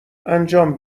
انجام